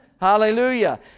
Hallelujah